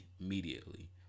Immediately